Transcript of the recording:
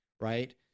Right